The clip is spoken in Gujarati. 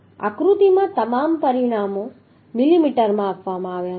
આકૃતિમાં તમામ પરિમાણો મિલીમીટરમાં આપવામાં આવ્યા છે